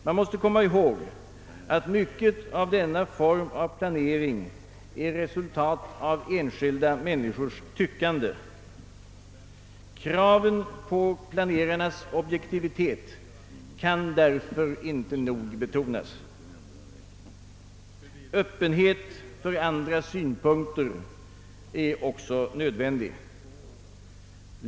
Man måste komma ihåg att mycket av denna form av planering är resultat av enskilda människors tyckande. Kraven på planerarnas objektivitet kan därför inte nog betonas. Öppen het för andras synpunkter är också nödvändig.